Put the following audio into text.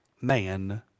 man